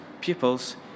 pupils